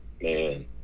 man